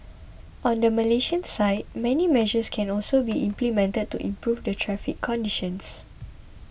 on the Malaysian side many measures can also be implemented to improve the traffic conditions